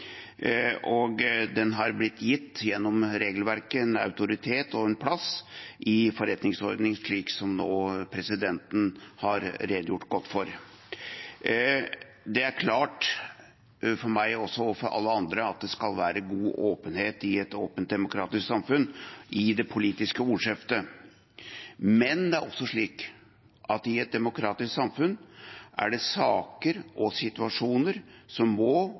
slik presidenten nå har redegjort godt for. Det er klart for meg og for alle andre at det skal være god åpenhet i det politiske ordskiftet i et demokratisk samfunn, men det er også slik at i et demokratisk samfunn er det saker og situasjoner som må